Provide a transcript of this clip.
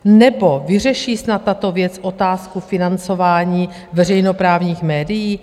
Nebo vyřeší snad tato věc otázku financování veřejnoprávních médií?